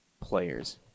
players